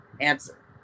answer